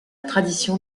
tradition